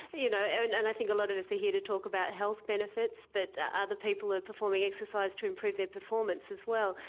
you know and and i think a lot of us are here to talk about health benefits, but other people are performing exercise to improve their performance as well.